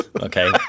Okay